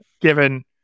Given